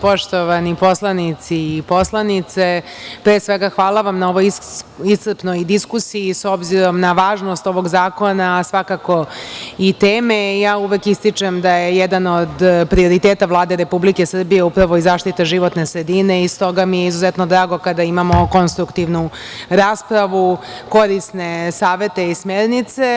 Poštovani poslanici i poslanice, pre svega, hvala vam na ovoj iscrpnoj diskusiji, s obzirom na važnost ovog zakona, svakako i teme, ja uvek ističem da je jedan od prioriteta Vlade Republike Srbije upravo i zaštita životne sredine i stoga mi je izuzetno drago kada imamo konstruktivnu raspravu, korisne savete i smernice.